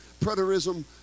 preterism